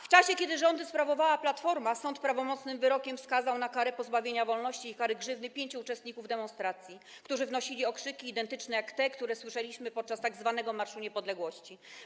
W czasie, kiedy rządy sprawowała Platforma, sąd prawomocnym wyrokiem skazał na karę pozbawienia wolności i kary grzywny pięciu uczestników demonstracji, którzy wznosili okrzyki identyczne z tymi, które słyszeliśmy podczas tzw. Marszu Niepodległości.